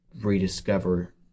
rediscover